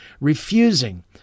refusing